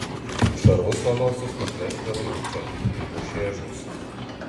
šarvus manuosius nuplėš prie laivų čia kai mūšyje žūsiu